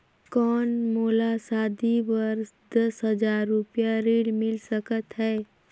कौन मोला शादी बर दस हजार रुपिया ऋण मिल सकत है?